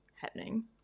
happening